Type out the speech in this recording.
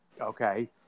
Okay